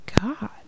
god